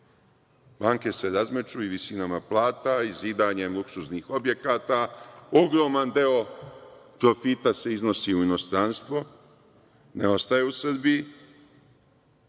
Banke se razmeću i visinama plata i zidanjem luksuznih objekata. Ogroman deo profita se iznosi u inostranstvo, ne ostaje u Srbiji